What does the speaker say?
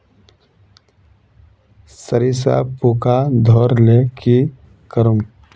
सरिसा पूका धोर ले की करूम?